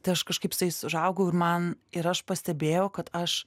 tai aš kažkaip su jais užaugau ir man ir aš pastebėjau kad aš